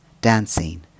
dancing